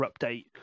update